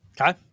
Okay